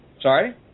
Sorry